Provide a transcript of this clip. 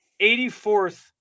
84th